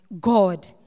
God